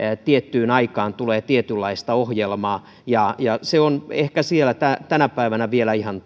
tiettyyn aikaan tulee tietynlaista ohjelmaa se on ehkä tänä päivänä siellä vielä ihan